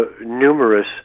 numerous